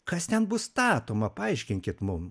kas ten bus statoma paaiškinkit mum